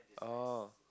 oh